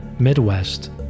Midwest